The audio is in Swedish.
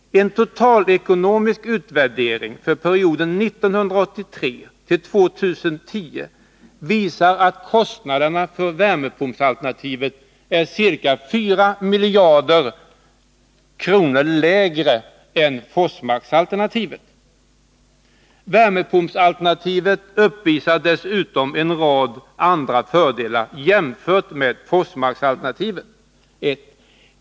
En totalekonomisk utvärdering för perioden 1983-2010 visar att kostnaderna för värmepumpalternativet är ca 4 miljarder kronor lägre än för Forsmarkalternativet. Värmepumpsalternativet uppvisar dessutom en rad andra fördelar jämfört med Forsmarkalternativet.